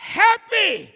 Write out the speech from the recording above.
happy